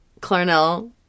Clarnell